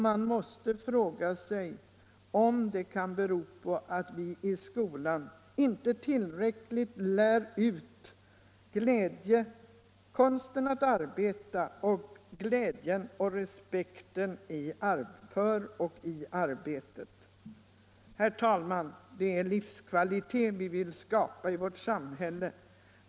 Man måste fråga sig om den kan bero på att vi i skolan inte tillräckligt lär ut konsten att arbeta och känna glädje och respekt för och i arbetet. Herr talman! Vi vill skapa livskvalitet i vårt samhälle.